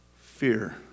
fear